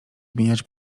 zmieniać